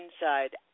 inside